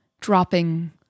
dropping